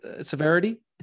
severity